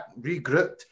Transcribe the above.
regrouped